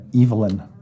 Evelyn